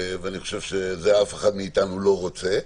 ואני חושב שאת זה אף אחד מאתנו לא רוצה.